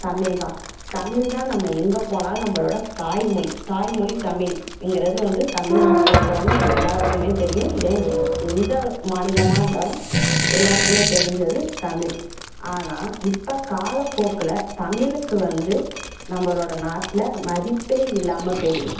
தமிழ் தான் தமிழ் தான் நம்ம எங்கே போனாலும் நம்மளோட தாய்மொழி தாய்மொழி தமிழ்ங்கிறது வந்து தமிழ்நாட்டில உள்ளவங்க எல்லாருக்குமே தெரியும் ஏன் எந் எந்த மாநிலமாக இருந்தாலும் எல்லாருக்குமே தெரிஞ்சது தமிழ் ஆனால் இப்போ காலப்போக்கில் தமிழுக்கு வந்து நம்மளோட நாட்டில மதிப்பே இல்லாமல் போய்டுது